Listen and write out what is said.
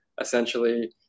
essentially